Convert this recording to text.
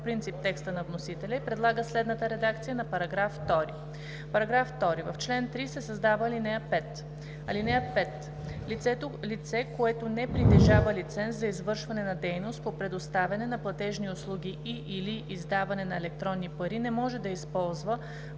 принцип текста на вносителя и предлага следната редакция на § 2: „§ 2. В чл. 3 се създава ал. 5: „(5) Лице, което не притежава лиценз за извършване на дейност по предоставяне на платежни услуги и/или издаване на електронни пари, не може да използва